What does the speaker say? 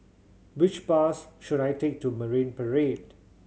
which bus should I take to Marine Parade